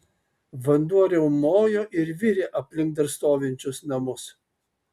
vanduo riaumojo ir virė aplink dar stovinčius namus